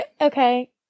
Okay